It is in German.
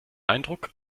eindruck